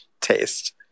Taste